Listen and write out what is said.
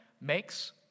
makes